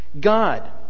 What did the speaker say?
God